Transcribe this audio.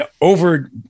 over